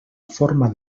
forma